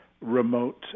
remote